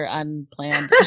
unplanned